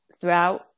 Throughout